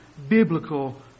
biblical